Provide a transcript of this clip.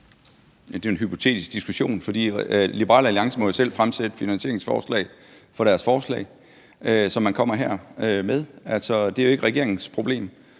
Det er jo en hypotetisk diskussion, for Liberal Alliance må jo selv fremsætte finansieringsforslag til det forslag, som man kommer med her. Altså, det er jo ikke regeringens problem.